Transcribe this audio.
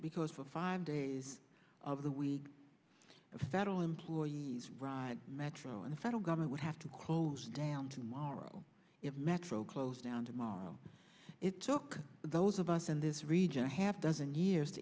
because for five days of the week the federal employees ride metro and the federal government would have to close down tomorrow if metro closed down tomorrow it took those of us in this region a half dozen years to